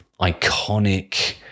iconic